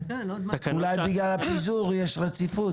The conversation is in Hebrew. אולי בגלל הפיזור יש רציפות.